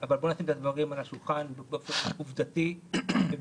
אבל בואו נשים את הדברים על השולחן באופן עובדתי וברור: